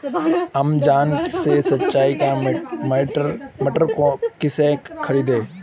Amazon से सिंचाई का मोटर कैसे खरीदें?